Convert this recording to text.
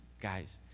guys